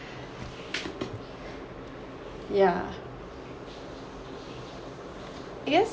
ya I guess